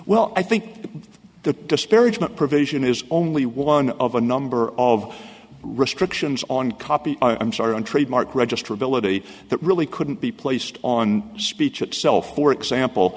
well i think that the disparagement provision is only one of a number of restrictions on copy i'm sorry on trademark register ability that really couldn't be placed on speech itself for example